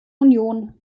union